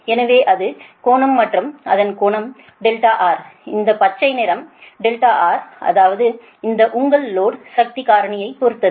எனவே அது கோணம் மற்றும் அதன் கோணம் R இந்த பச்சை நிறம் R அதாவது இந்த உங்கள் லோடு சக்தி காரணியைப் பொறுத்தது